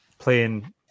playing